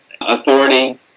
authority